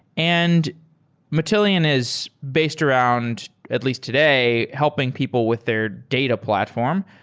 and matillion is based around, at least today, helping people with their data platform.